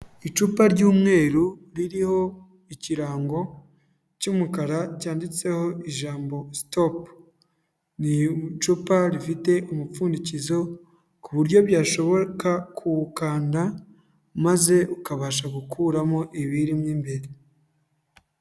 Icupa ry'umweru ririho ikirango cy'umukara cyanditseho ijambo stop, n'icupa rifite umupfundikizo ku buryo byashoboka kuwukanda maze ukabasha gukuramo ibiri mu imbere.